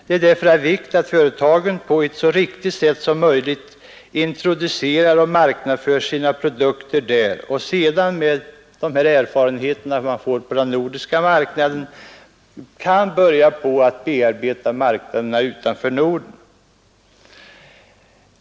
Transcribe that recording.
Det är därför av vikt att företagen på ett så riktigt sätt som möjligt introducerar och marknadsför sina produkter där för att sedan med de erfarenheter de får på den nordiska marknaden kunna börja bearbeta marknaderna utanför Norden.